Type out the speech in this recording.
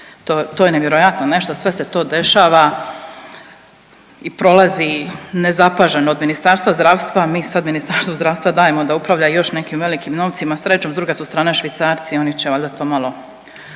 To je nevjerojatno nešto sve se to dešava i prolazi nezapaženo od Ministarstva zdravstva, a mi sad Ministarstvu zdravstva dajemo da upravlja još nekim velikim novcima. Srećom s druge strane Švicarci oni će valjda to malo